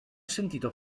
sentito